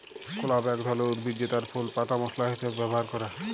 clove এক ধরলের উদ্ভিদ জেতার ফুল পাতা মশলা হিসাবে ব্যবহার ক্যরে